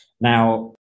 now